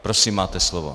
Prosím, máte slovo.